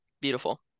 Beautiful